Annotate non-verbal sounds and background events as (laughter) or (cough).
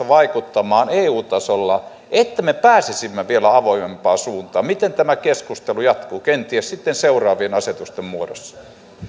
(unintelligible) vaikuttamaan eu tasolla että me pääsisimme vielä avoimempaan suuntaan miten tämä keskustelu jatkuu kenties sitten seuraavien asetusten muodossa